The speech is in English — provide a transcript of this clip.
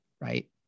Right